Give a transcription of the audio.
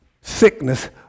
sickness